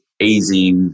easy